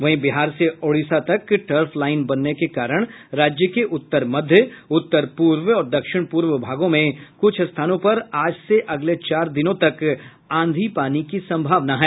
वहीं बिहार से ओड़िशा तक टर्फ लाइन बनने के कारण राज्य के उत्तर मध्य उत्तर पूर्व और दक्षिण पूर्व भागों में कुछ स्थानों पर आज से अगले चार दिनों तक आंधी पानी की संभावना है